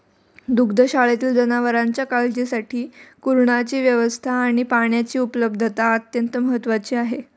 दुग्धशाळेतील जनावरांच्या काळजीसाठी कुरणाची व्यवस्था आणि पाण्याची उपलब्धता अत्यंत महत्त्वाची आहे